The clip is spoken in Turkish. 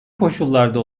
koşullarda